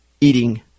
eating